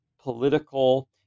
political